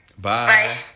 Bye